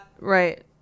Right